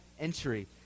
entry